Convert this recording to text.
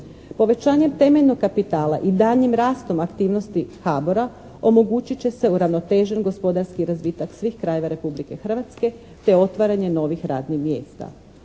Povećanje temeljnog kapitala i daljnjim rastom aktivnosti HABOR-a omogućit će se uravnotežen gospodarski razvitak svih krajeva Republike Hrvatske te otvaranje novih radnih mjesta.